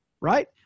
right